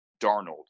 Darnold